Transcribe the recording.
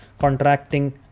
contracting